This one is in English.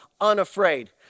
unafraid